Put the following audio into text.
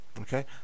Okay